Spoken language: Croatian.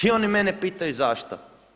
I oni mene pitaju zašto.